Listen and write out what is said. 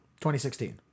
2016